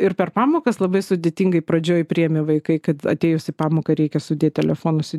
ir per pamokas labai sudėtingai pradžioj priėmė vaikai kad atėjus į pamoką reikia sudėt telefonus į